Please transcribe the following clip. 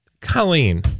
Colleen